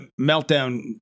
meltdown